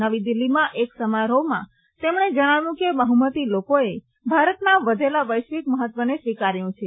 નવી દિલ્હીમાં એક સમારોહમાં તેમણે જણાવ્યું કે બહુમતિ લોકોએ ભારતના વધેલા વૈશ્વિક મહત્વને સ્વીકાર્યું છે